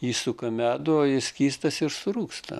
išsuka medų o jis skystas ir surūgsta